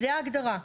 זו ההגדרה.